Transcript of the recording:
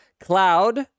Cloud